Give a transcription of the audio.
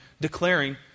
declaring